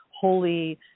holy